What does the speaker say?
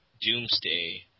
Doomsday